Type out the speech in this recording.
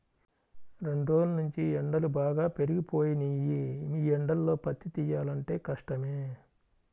రెండ్రోజుల్నుంచీ ఎండలు బాగా పెరిగిపోయినియ్యి, యీ ఎండల్లో పత్తి తియ్యాలంటే కష్టమే